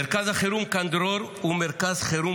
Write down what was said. מרכז החירום "קן דרור" הוא מרכז חירום